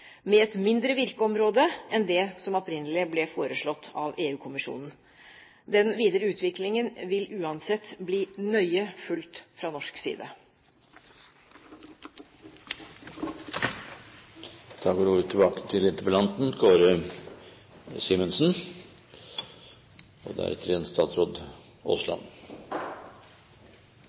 med et mindre virkeområde enn det som opprinnelig ble foreslått av EU-kommisjonen. Den videre utviklingen vil uansett bli nøye fulgt fra norsk side. Jeg vil takke statsråden for et svært godt og